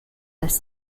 als